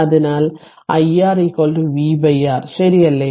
അതിനാൽ iR v R ശരിയല്ലേ